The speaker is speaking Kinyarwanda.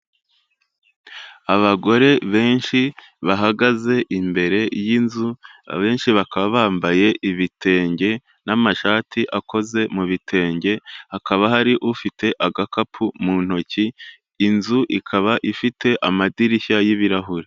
Abagore benshi bahagaze imbere y'inzu, abenshi bakaba bambaye ibitenge n'amashati akoze mu bi bitenge, hakaba hari ufite agakapu mu ntoki, inzu ikaba ifite amadirishya y'ibirahure.